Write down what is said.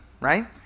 right